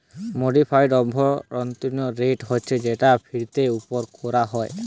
modified অভ্যন্তরীণ rate হচ্ছে যেটা ফিরতের উপর কোরা হয়